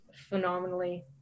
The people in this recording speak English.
phenomenally